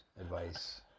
advice